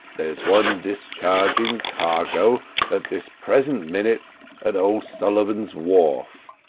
there's one discharging cargo at this present minit at o'sullivan's wharf.